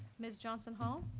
ms. johnson hall?